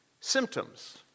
symptoms